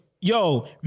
yo